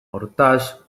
hortaz